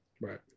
Right